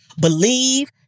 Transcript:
believe